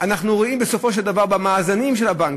אנחנו רואים בסופו של דבר במאזנים של הבנקים,